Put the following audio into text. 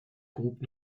groupe